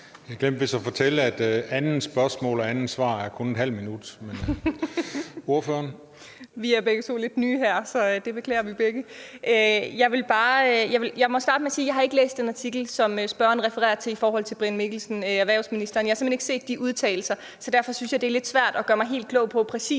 Jeg glemte vist at fortælle, at andet spørgsmål og andet svar kun er ½ minut. Ordføreren. Kl. 19:24 Mette Abildgaard (KF): Vi er begge to lidt nye her, så det beklager vi begge. Jeg må starte med at sige, at jeg ikke har læst den artikel, som spørgeren refererer til i forbindelse med erhvervsministeren. Jeg har simpelt hen ikke set de udtalelser, så derfor synes jeg, det er lidt svært for mig at gøre mig helt klog på, præcis